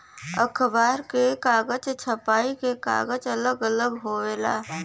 अखबार क कागज, छपाई क कागज अलग अलग होवेला